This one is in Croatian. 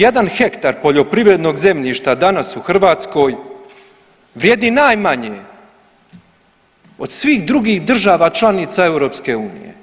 Jedan hektar poljoprivrednog zemljišta danas u Hrvatskoj vrijedi najmanje od svih drugih država članica EU.